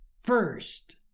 first